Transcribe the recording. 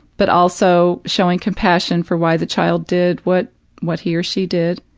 but also showing compassion for why the child did what what he or she did,